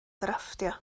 drafftio